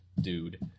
dude